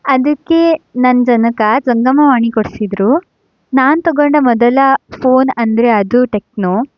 ಅದಕ್ಕೆ ನನ್ನ ಜನಕ ಜಂಗಮವಾಣಿ ಕೊಡಿಸಿದರು ನಾನು ತಗೊಂಡ ಮೊದಲ ಫೋನ್ ಅಂದರೆ ಅದು ಟೆಕ್ನೋ